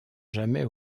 jamais